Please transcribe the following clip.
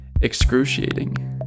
excruciating